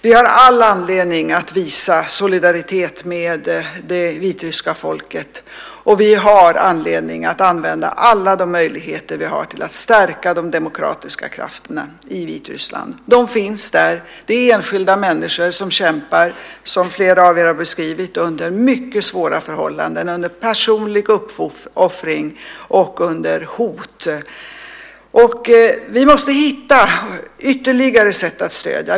Vi har all anledning att visa solidaritet med det vitryska folket. Vi har anledning att använda alla de möjligheter vi har till att stärka de demokratiska krafterna i Vitryssland. De finns där. Det är enskilda människor som kämpar under mycket svåra förhållanden, under personlig uppoffring och under hot, som flera av er har beskrivit. Vi måste hitta ytterligare sätt att stödja.